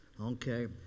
Okay